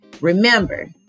Remember